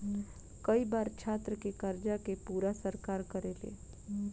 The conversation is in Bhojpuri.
कई बार छात्र के कर्जा के पूरा सरकार करेले